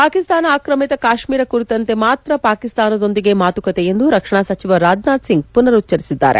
ಪಾಕಿಸ್ತಾನ ಆಕ್ರಮಿತ ಕಾಶ್ಮೀರ ಕುರಿತಂತೆ ಮಾತ್ರ ಪಾಕಿಸ್ತಾನದೊಂದಿಗೆ ಮಾತುಕತೆ ಎಂದು ರಕ್ಷಣಾ ಸಚಿವ ರಾಜ್ನಾಥ್ ಸಿಂಗ್ ಮನರುಚ್ವರಿಸಿದ್ದಾರೆ